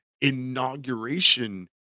inauguration